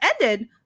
ended